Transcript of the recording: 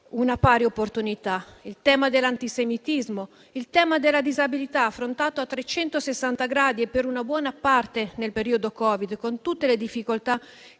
una pari opportunità; il tema dell'antisemitismo e quello della disabilità, affrontato a 360 gradi e per una buona parte nel periodo del Covid, con tutte le difficoltà